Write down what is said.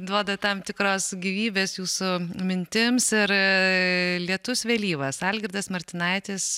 duoda tam tikras gyvybės jūsų mintims ir lietus vėlyvas algirdas martinaitis